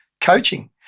coaching